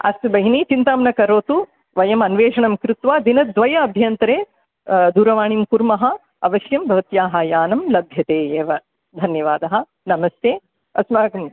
अस्तु भगिनि चिन्तां न करोतु वयमन्वेषणं कृत्वा दिनद्वय अभ्यन्तरे दूरवाणीं कुर्मः अवश्यं भवत्याः यानं लभ्यते एव धन्यवादः नमस्ते अस्माकं